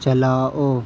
چلاؤ